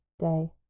day